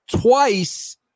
twice